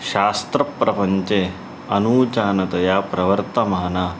शास्त्रप्रपञ्चे अनूचानतया प्रवर्तमाना